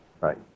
Right